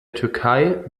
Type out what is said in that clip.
türkei